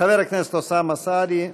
חבר הכנסת אוסאמה סעדי,